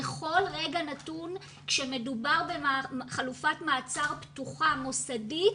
בכל רגע נתון כשמדובר בחלופת מעצר פתוחה מוסדית